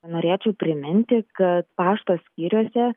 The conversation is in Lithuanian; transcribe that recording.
norėčiau priminti kad pašto skyriuose